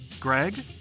Greg